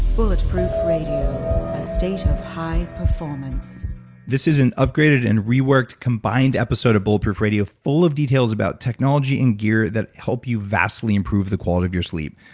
bulletproof radio, a state of high performance this is an upgraded and reworked combined episode of bulletproof radio, full of details about technology and gear that help you vastly improve the quality of your sleep.